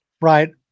Right